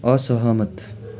असहमत